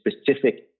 specific